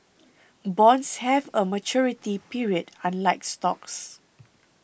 bonds have a maturity period unlike stocks